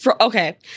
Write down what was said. Okay